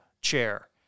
chair